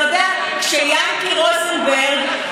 אתה יודע שכשיענקי רוזנברג,